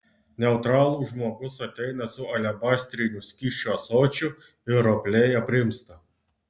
neutralų žmogus ateina su alebastriniu skysčio ąsočiu ir ropliai aprimsta